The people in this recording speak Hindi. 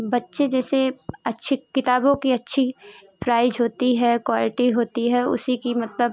बच्चे जैसे अच्छे किताबों कि अच्छी प्राइज होती है कुआल्टी होती है उसी की मतलब